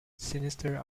sinister